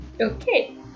Okay